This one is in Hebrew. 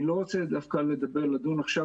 אני לא רוצה לדון עכשיו,